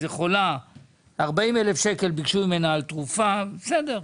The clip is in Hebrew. לאיזה חולה 40 אלף שקל ביקשו ממנה על תרופה בסדר.